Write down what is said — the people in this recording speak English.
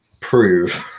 prove